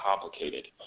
complicated